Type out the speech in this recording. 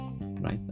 right